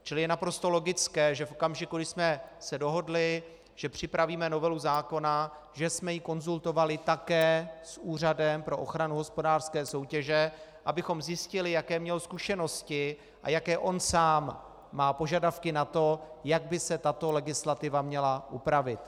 Čili je naprosto logické, že v okamžiku, kdy jsme se dohodli, že připravíme novelu zákona, že jsme ji konzultovali také s Úřadem pro ochranu hospodářské soutěže, abychom zjistili, jaké měl zkušenosti a jaké on sám má požadavky na to, jak by se tato legislativa měla upravit.